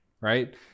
right